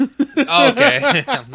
Okay